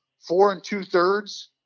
four-and-two-thirds